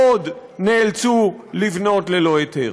רבים מאוד, נאלצו לבנות ללא היתר.